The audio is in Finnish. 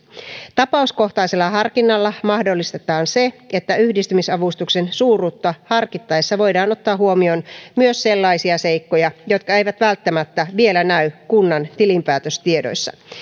tapauskohtaisella harkinnalla mahdollistetaan se että yhdistymisavustuksen suuruutta harkittaessa voidaan ottaa huomioon myös sellaisia seikkoja jotka eivät välttämättä vielä näy kunnan tilinpäätöstiedoissa